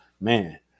Man